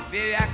Baby